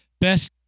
Best